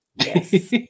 Yes